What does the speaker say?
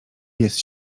jest